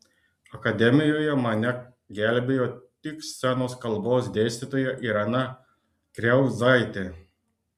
akademijoje mane gelbėjo tik scenos kalbos dėstytoja irena kriauzaitė